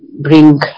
bring